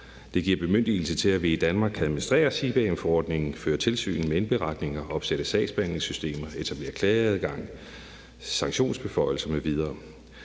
Det giver en bemyndigelse til, at vi i Danmark kan administrere CBAM-forordningen, føre tilsyn med indberetninger, opsætte sagsbehandlingssystemer og etablere klageadgang og sanktionsbeføjelser m.v.